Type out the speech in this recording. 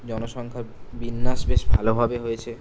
জনসংখ্যার বিন্যাস বেশ ভালোভাবে হয়েছে